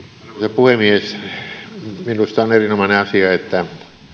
puhemies minusta on erinomainen asia että